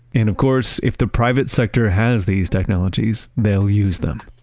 and of course, if the private sector has these technologies, they'll use them,